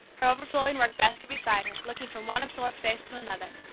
her overflowing work-basket beside her, looking from one absorbed face to another,